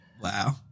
Wow